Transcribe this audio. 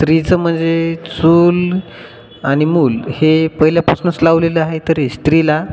स्त्रीचं म्हणजे चूल आणि मूल हे पहिल्यापासनंच लावलेलं आहे तरी स्त्रीला